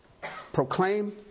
Proclaim